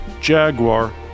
Jaguar